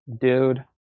dude